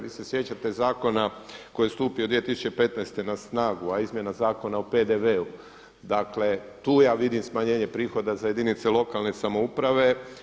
Vi se sjećate zakona koji je stupio 2015. na snagu, a izmjena Zakona o PDV-u, dakle tu ja vidim smanjenje prihoda za jedinice lokalne samouprave.